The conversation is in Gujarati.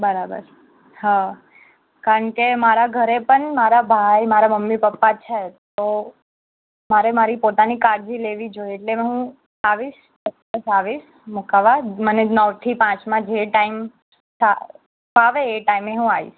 બરાબર હં કારણકે મારા ઘરે પણ ભાઈ મારાં મમ્મી પપ્પા છે તો મારે મારી પોતાની કાળજી લેવી જોઈએ એટલે હું આવીશ ચોક્કસ આવીશ મૂકાવવા મને નવ થી પાંચમાં જે ટાઈમ ફાવે એ ટાઈમે હું આવીશ